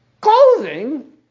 clothing